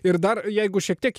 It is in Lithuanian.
ir dar jeigu šiek tiek